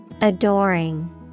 Adoring